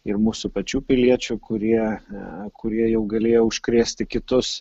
ir mūsų pačių piliečių kurie kurie jau galėjo užkrėsti kitus